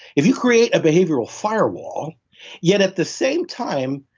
if you create a behavioral firewall yet at the same time,